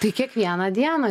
tai kiekvieną dieną